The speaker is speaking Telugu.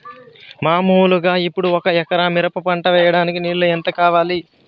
మామూలుగా ఇప్పుడు ఒక ఎకరా మిరప పంట వేయడానికి నీళ్లు ఎంత కావాలి?